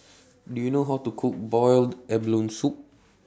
Do YOU know How to Cook boiled abalone Soup